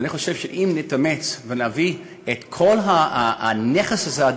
ואני חושב שאם נתאמץ ונביא את כל הנכס הזה,